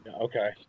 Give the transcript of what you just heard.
Okay